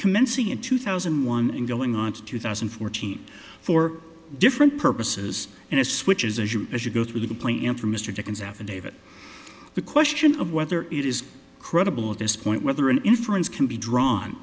commencing in two thousand and one and going on to two thousand and fourteen for different purposes and as switches as you as you go through the play and for mr dickens affidavit the question of whether it is credible at this point whether an inference can be drawn